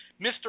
Mr